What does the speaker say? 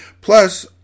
Plus